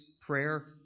prayer